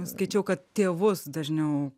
skaičiau kad tėvus dažniau